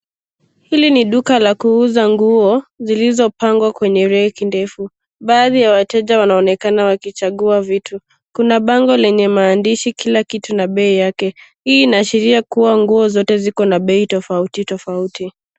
Hili ni duka la kuuza nguo zilizopangwa kwenye reki ndefu. Baadhi ya wateja wanaonekana wakichagua vitu. Kuna bango lenye maandishi kila kitu na bei yake. Hii inaashiria kuwa nguo zote ziko na bei tofauti tofauti.